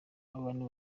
abantu